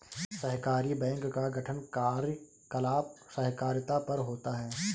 सहकारी बैंक का गठन कार्यकलाप सहकारिता पर होता है